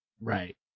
Right